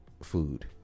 food